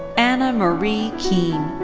anna marie kean.